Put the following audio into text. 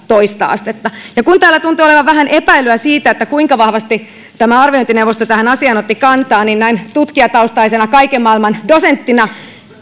toista astetta kun täällä tuntuu olevan vähän epäilyä siitä kuinka vahvasti tämä arviointineuvosto tähän asiaan otti kantaa niin näin tutkijataustaisena kaiken maailman dosenttina